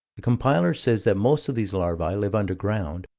the compiler says that most of these larvae live underground,